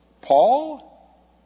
Paul